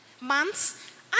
months